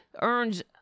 earns